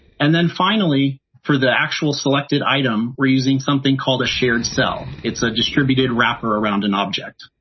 and then finally, for the actual selected item, we're using something called a shared cell. it's a distributed wrapper around an object.